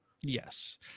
yes